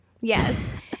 Yes